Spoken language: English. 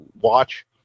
watch